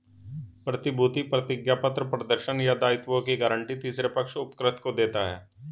प्रतिभूति प्रतिज्ञापत्र प्रदर्शन या दायित्वों की गारंटी तीसरे पक्ष उपकृत को देता है